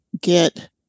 get